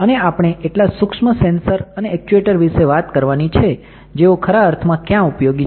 અને આપણે એટલા સૂક્ષ્મ સેન્સર્સ અને એક્ચ્યુએટર વિશે વાત કરવાની છે જેઓ ખરા અર્થમાં ક્યાં ઉપયોગી છે